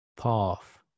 path